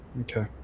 Okay